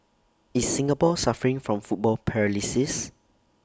is Singapore suffering from football paralysis